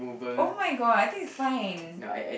oh-my-god I think it's fine